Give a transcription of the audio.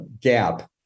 gap